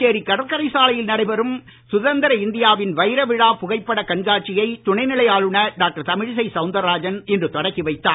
புதுச்சேரி கடற்சரை சாலையில் நடைபெறும் சுதந்திர இந்தியாவின் வைர விழா புகைப்படக் கண்காட்சியை துணைநிலை ஆளுநர் டாக்டர் தமிழிசை சவுந்தரராஜன் இன்று தொடக்கி வைத்தார்